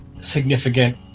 significant